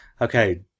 Okay